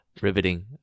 Riveting